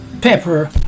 pepper